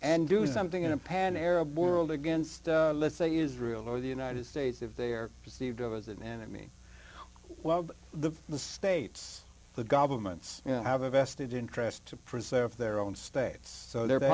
and do something in a pan arab world against let's say israel or the united states if they're perceived as an enemy well the the states the governments have a vested interest to preserve their own states so the